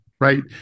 right